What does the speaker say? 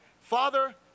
Father